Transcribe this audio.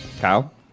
Kyle